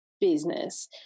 business